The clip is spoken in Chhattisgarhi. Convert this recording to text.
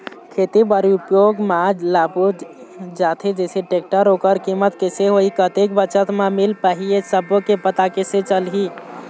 खेती बर उपयोग मा लाबो जाथे जैसे टेक्टर ओकर कीमत कैसे होही कतेक बचत मा मिल पाही ये सब्बो के पता कैसे चलही?